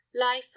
life